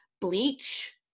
bleach